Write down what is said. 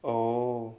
oh